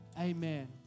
Amen